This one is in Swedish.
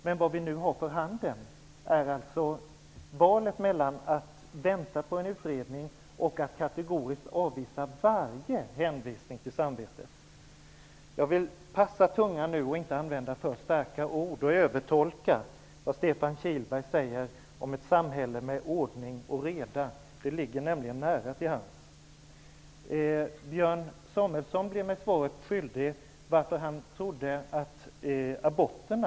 Men vad vi har för handen är valet mellan att vänta på en utredning och att kategoriskt avvisa varje hänvisning till samvetet. Jag vill passa tungan nu och inte använda för starka ord och övertolka vad Stefan Kihlberg säger om ett samhälle med ordning och reda. Det ligger nämligen nära till hands. Björn Samuelson blev mig svaret skyldig om varför han trodde att aborterna .